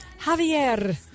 Javier